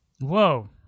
whoa